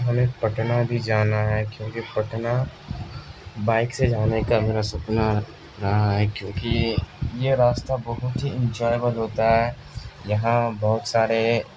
ہمیں پٹنہ بھی جانا ہے کیونکہ پٹنہ بائک سے جانے کا میرا سپنا رہا ہے کیونکہ یہ راستہ بہت ہی انجویبل ہوتا ہے یہاں بہت سارے